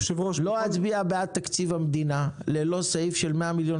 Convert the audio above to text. לא אצביע בעד תקציב המדינה ללא סעיף של 100 מיליון